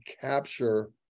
capture